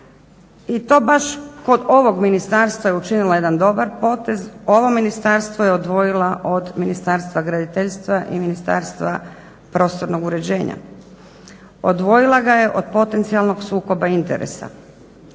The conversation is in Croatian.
i to baš kod ovog ministarstva je učinila jedan dobar potez. Ovo ministarstvo je odvojila od Ministarstva graditeljstva i prostornog uređenja, odvojila ga je od potencijalnog sukoba interesa